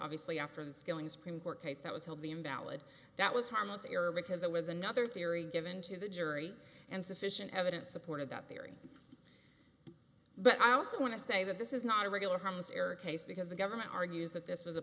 obviously after the skilling supreme court case that was he'll be invalid that was harmless error because that was another theory given to the jury and sufficient evidence supported that theory but i also want to say that this is not a regular harmless error case because the government argues that this was a